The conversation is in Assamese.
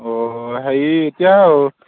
অঁ হেৰি এতিয়া